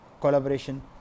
collaboration